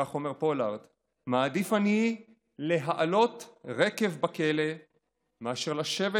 כך אומר פולארד: "מעדיף אני להעלות רקב בכלא מאשר לשבת